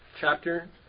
Chapter